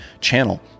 channel